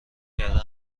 کردن